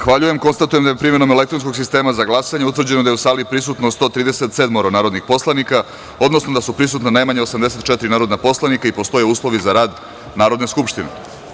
Konstatujem da je primenom elektronskog sistema za glasanje utvrđeno da je u sali prisutno 137 narodnih poslanika, odnosno da su prisutna najmanje 84 narodna poslanika i da postoje uslovi za rad Narodne skupštine.